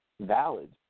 valid